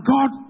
God